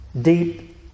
deep